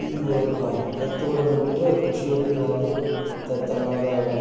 ಇವಾಗ ಎತ್ತುಗಳನ್ನು ಬಿಟ್ಟರೆ ಕೃಷಿಯಲ್ಲಿ ಯಾವುದೇ ಥರವಾದ